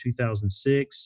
2006